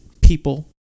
people